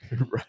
Right